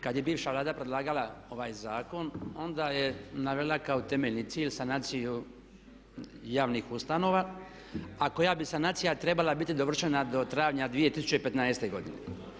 Kad je bivša Vlada predlagala ovaj zakon onda je navela kao temeljni cilj sanaciju javnih ustanova, a koja bi sanacija trebala biti dovršena do travnja 2015. godine.